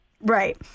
Right